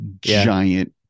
giant